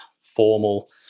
formal